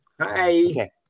hi